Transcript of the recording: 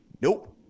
nope